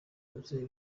wuzuye